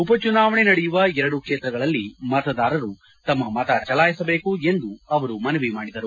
ಉಪಚುನಾವಣೆ ನಡೆಯುವ ಎರಡೂ ಕ್ಷೇತ್ರಗಳಲ್ಲಿ ಮತದಾರರು ತಮ್ಮ ಮತ ಚಲಾಯಿಸಬೇಕು ಎಂದು ಅವರು ಮನವಿ ಮಾಡಿದರು